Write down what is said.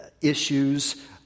issues